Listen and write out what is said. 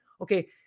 okay